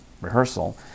rehearsal